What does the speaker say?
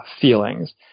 feelings